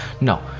no